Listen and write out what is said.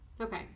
Okay